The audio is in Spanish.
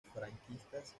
franquistas